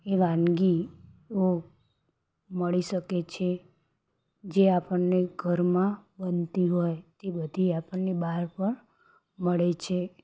એ વાનગીઓ મળી શકે છે જે આપણને ઘરમાં બનતી હોય તે બધી આપણને પણ મળે છે